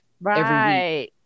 Right